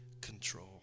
control